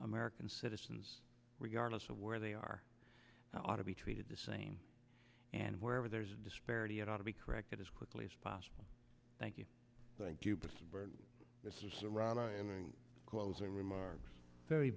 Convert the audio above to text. american citizens regardless of where they are ought to be treated the same and wherever there's a disparity it ought to be corrected as quickly as possible thank you thank you but this is serrano and closing remarks very